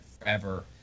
forever